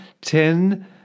ten